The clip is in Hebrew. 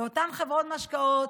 ואותן חברות משקאות,